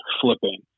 flipping